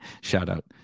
Shout-out